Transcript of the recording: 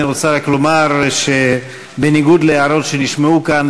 אני רוצה רק לומר שבניגוד להערות שנשמעו כאן,